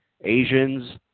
Asians